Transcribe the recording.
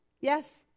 yes